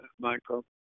Michael